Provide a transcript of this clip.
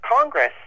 congress